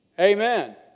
Amen